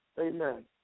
Amen